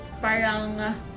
parang